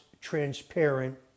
transparent